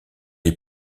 est